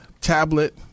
tablet